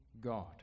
God